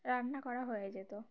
রান্না করা হয়ে যেত